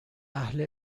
اهل